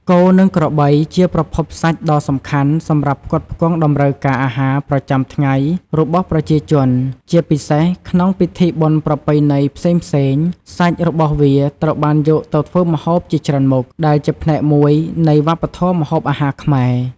គោ និងក្របីជាប្រភពសាច់ដ៏សំខាន់សម្រាប់ផ្គត់ផ្គង់តម្រូវការអាហារប្រចាំថ្ងៃរបស់ប្រជាជន ជាពិសេសក្នុងពិធីបុណ្យប្រពៃណីផ្សេងៗ សាច់របស់វាត្រូវបានយកទៅធ្វើម្ហូបជាច្រើនមុខ ដែលជាផ្នែកមួយនៃវប្បធម៌ម្ហូបអាហារខ្មែរ។